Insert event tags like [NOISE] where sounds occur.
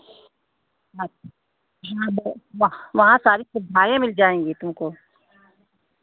हाँ [UNINTELLIGIBLE] वहां वहाँ सारी सुविधाएँ मिल जाएंगी तुमको